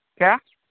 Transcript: क्या